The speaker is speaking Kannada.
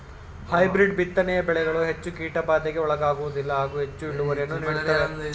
ಹೈಬ್ರಿಡ್ ಬಿತ್ತನೆಯ ಬೆಳೆಗಳು ಹೆಚ್ಚು ಕೀಟಬಾಧೆಗೆ ಒಳಗಾಗುವುದಿಲ್ಲ ಹಾಗೂ ಹೆಚ್ಚು ಇಳುವರಿಯನ್ನು ನೀಡುತ್ತವೆ